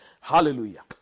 Hallelujah